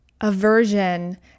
aversion